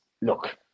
look